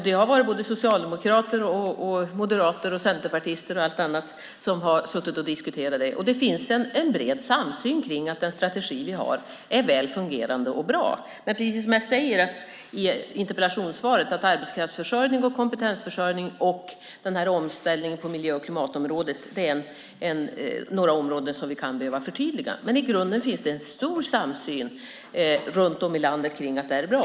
Det har varit socialdemokrater, moderater, centerpartister och alla andra som har suttit och diskuterat detta. Det finns en bred samsyn kring att den strategi vi har är väl fungerande och bra. Men precis som jag sade i interpellationssvaret är arbetskraftsförsörjning, kompetensförsörjning och omställningen på miljö och klimatområdet några områden som vi kan behöva förtydliga. Men i grunden finns det en stor samsyn runt om i landet kring att det här är bra.